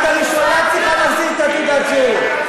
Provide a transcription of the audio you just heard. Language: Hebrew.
את הראשונה שצריכה להחזיר את תעודת הזהות.